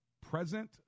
present